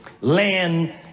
land